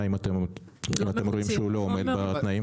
אם אתם רואים שהוא לא עומד בתנאים?